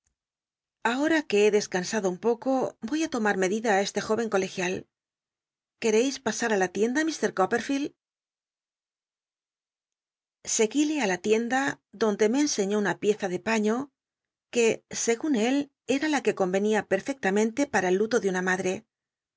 ahora que he descansado un poco yoy á tomar med ida i este jóven colegial qucreis pasar ü la tienda ill r coppcrflcld cguílc i la tienda donde me enseñó una pieza de paiio uc segun él era la que corll'cnia pcrfcctarncnle para el lulo de una madre